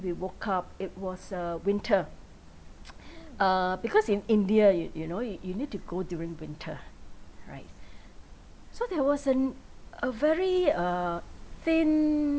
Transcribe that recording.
we woke up it was a winter uh because in india you you know you you need to go during winter right so there was a a very uh thin